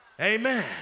Amen